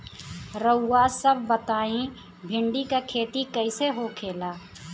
रउआ सभ बताई भिंडी क खेती कईसे होखेला?